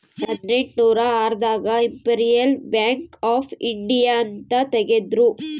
ಹದಿನೆಂಟನೂರ ಆರ್ ದಾಗ ಇಂಪೆರಿಯಲ್ ಬ್ಯಾಂಕ್ ಆಫ್ ಇಂಡಿಯಾ ಅಂತ ತೇಗದ್ರೂ